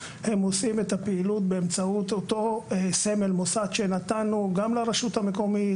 עושים את הפעילות באמצעות אותו סמל מוסד שנתנו גם לרשות המקומית,